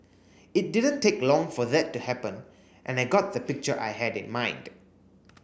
it didn't take long for that to happen and I got the picture I had in mind